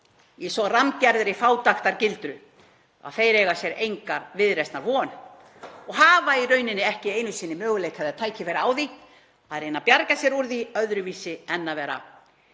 í svo rammgerðri fátæktargildru að þeir eiga sér ekki viðreisnar von og hafa í rauninni ekki einu sinni möguleika eða tækifæri á því að reyna að bjarga sér úr því öðruvísi en að vera